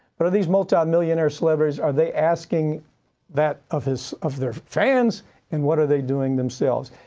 but are these multimillionaires celebrities, are they asking that of his, of their fans and what are they doing themselves?